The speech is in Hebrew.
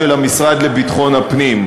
של המשרד לביטחון הפנים,